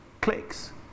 clicks